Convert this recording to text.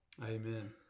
Amen